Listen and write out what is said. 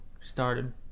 Started